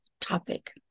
topic